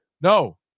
no